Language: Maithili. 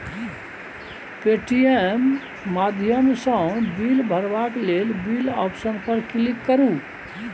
पे.टी.एम माध्यमसँ बिल भरबाक लेल बिल आप्शन पर क्लिक करु